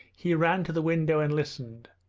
he ran to the window and listened.